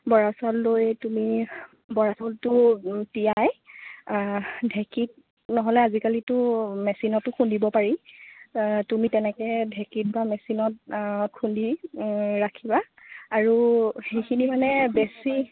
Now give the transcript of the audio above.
বৰা চাউল লৈ তুমি বৰা চাউলটো তিয়াই ঢেঁকীত নহ'লে আজিকালিতো মেচিনতো খুন্দিব পাৰি তুমি তেনেকৈ ঢেঁকীত বা মেচিনত খুন্দি ৰাখিবা আৰু সেইখিনি মানে বেছি